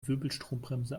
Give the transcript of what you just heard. wirbelstrombremse